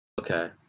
Okay